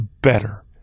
better